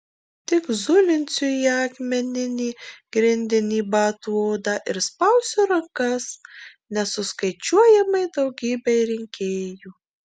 tik zulinsiu į akmeninį grindinį batų odą ir spausiu rankas nesuskaičiuojamai daugybei rinkėjų